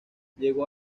llegó